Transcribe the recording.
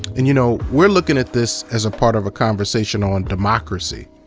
and you know we're looking at this as a part of a conversation on democracy